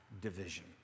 division